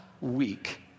week